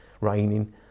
raining